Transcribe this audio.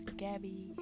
gabby